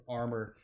armor